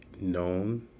known